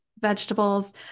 vegetables